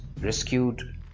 rescued